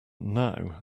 now